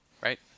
right